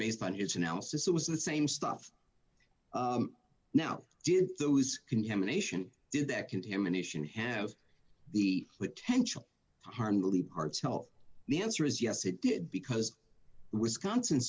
based on his analysis it was the same stuff now did those contamination did that contamination have the potential harm the early parts health the answer is yes it did because wisconsin